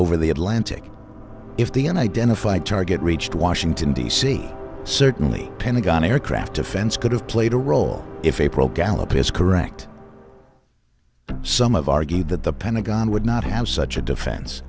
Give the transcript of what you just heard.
over the atlantic if the end identified target reached washington d c certainly pentagon aircraft offense could have played a role if april gallop is correct some of argued that the pentagon would not have such a defense